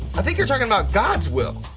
i think you're talking about god's will.